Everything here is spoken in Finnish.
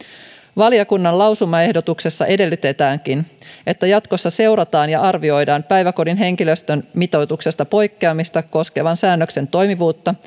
valiokunnan lausumaehdotuksessa edellytetäänkin että jatkossa seurataan ja arvioidaan päiväkodin henkilöstön mitoituksesta poikkeamista koskevan säännöksen toimivuutta